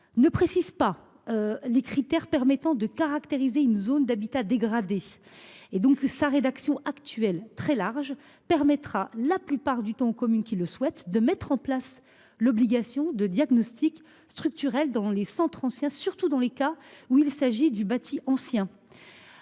ne précise pas les critères permettant de caractériser une zone d’habitat dégradé. Aussi, il me semble que sa rédaction actuelle, très large, permettra la plupart du temps aux communes qui le souhaitent de mettre en place l’obligation de diagnostic structurel dans les centres anciens, surtout dans les cas où il s’agit de bâti ancien.